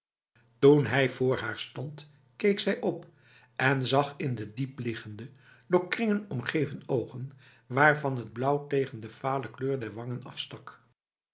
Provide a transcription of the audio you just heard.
toen hij voor haar stond keek zij op en zag in de diepliggende door kringen omgeven ogen waarvan het blauw tegen de vale kleur der wangen afstak